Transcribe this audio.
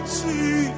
see